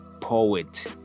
poet